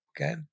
okay